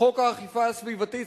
חוק האכיפה הסביבתית,